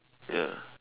ya